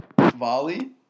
volley